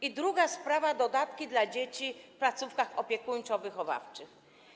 I druga sprawa: dodatki dla dzieci w placówkach opiekuńczo-wychowawczych.